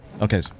Okay